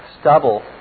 stubble